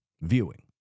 viewing